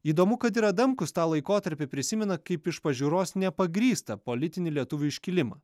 įdomu kad ir adamkus tą laikotarpį prisimena kaip iš pažiūros nepagrįstą politinį lietuvių iškilimą